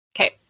Okay